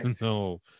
No